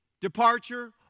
departure